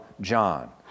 John